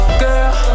girl